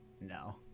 No